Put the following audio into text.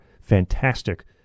fantastic